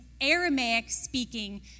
Aramaic-speaking